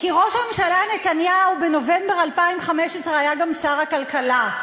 זה דבילי, אדוני היושב-ראש.